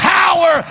power